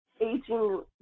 Aging